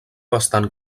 bastant